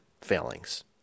failings